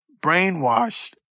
brainwashed